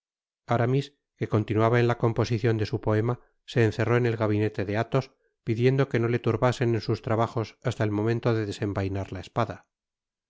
aramis que continuaba en la composicion de su poema se encerró en el gabineie de athos pidiendo que no le turbasen en sus trabajos hasta el momento de desenvainar la espada